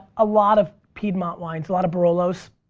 a lot of piedmont wines, a lot of barolos,